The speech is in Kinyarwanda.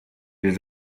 iri